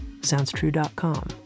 Soundstrue.com